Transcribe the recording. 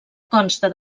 consta